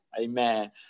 Amen